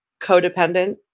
codependent